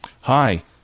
hi